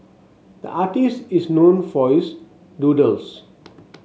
the artist is known for his doodles